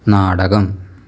നാടകം